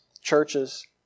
churches